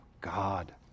God